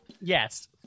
Yes